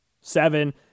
seven